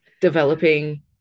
developing